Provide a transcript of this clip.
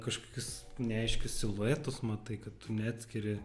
kažkokius neaiškius siluetus matai kad tu neatskiri